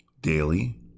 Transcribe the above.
Daily